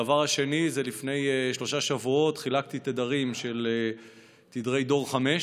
הדבר השני זה שלפני שלושה שבועות חילקתי תדרים של דור 5,